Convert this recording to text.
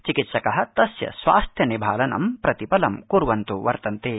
चिकित्सका तस्य स्वास्थ्य निभालनं प्रतिपलं क्र्वन्तो वर्तन्ते